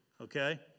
okay